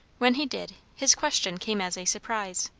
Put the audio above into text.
when he did, his question came as a surprise.